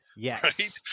Yes